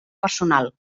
personal